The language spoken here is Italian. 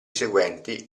seguenti